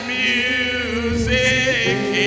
music